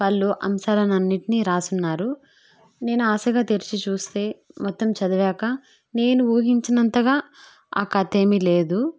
పళ్ళు అంశాలన్నింటినీ వ్రాసి ఉన్నారు నేను ఆశగా తెరిచి చూస్తే మొత్తం చదివాక నేను ఊహించినంతగా ఆ కథ ఏమీ లేదు